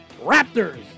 Raptors